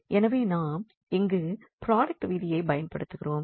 எனவே நாம் இங்கு ப்ராடெக்ட் விதியை பயன்படுத்துகிறோம்